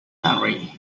country